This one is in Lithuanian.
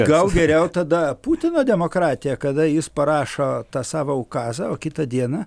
gal geriau tada putino demokratija kada jis parašo tą savo aukazą o kitą dieną